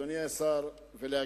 אדוני השר, ולהגיד: